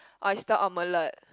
oyster omelette